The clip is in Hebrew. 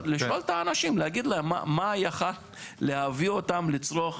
לשאול את האשים, מה יכול להביא אותם לצרוך